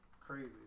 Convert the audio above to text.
Crazy